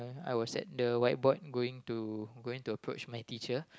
I was at the whiteboard going to going to approach my teacher